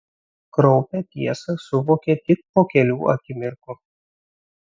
kraupią tiesą suvokė tik po kelių akimirkų